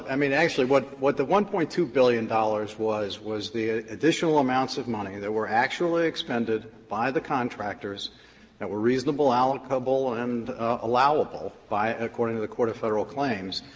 i mean, actually, what what the one point two billion dollars was, was the additional amounts of money that were actually expended by the contractors that were reasonable, allocable and allowable, by and according to the court of federal claims,